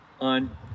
on